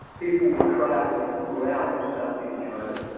people were traveling throughout southeast china,